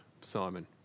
Simon